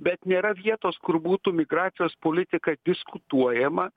bet nėra vietos kur būtų migracijos politika diskutuojama